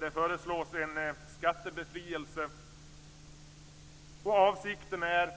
Det föreslås en skattebefrielse. Avsikten är